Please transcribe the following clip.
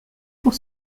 pour